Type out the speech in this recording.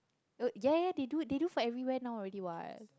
oh ya ya they do they do for everywhere now already what